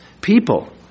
people